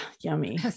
yummy